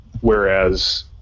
whereas